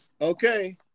okay